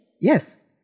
Yes